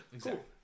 Cool